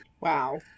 Wow